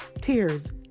tears